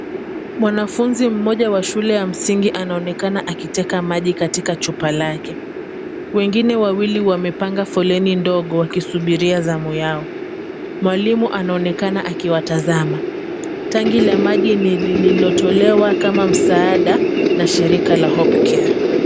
Mwanafunzi mmoja wa shule ya msingi anaoenakana akiteka maji katika chupa lake. Wengine wawili wamepanga foleni ndogo wakisubiria zamu yao. Mwalimu anaoenakana akiwatazama. Tanki la maji ni lililotolewa kama msaada na Shirika la Hope Care.